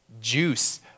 Juice